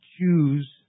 choose